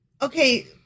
Okay